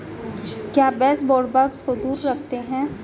क्या baseboard bugs को दूर रखते हैं?